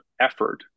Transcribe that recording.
effort